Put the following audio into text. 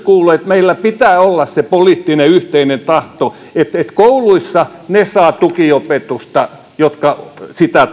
kuuluu että meillä pitää olla se poliittinen yhteinen tahto että kouluissa ne saavat tukiopetusta jotka sitä